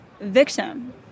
victim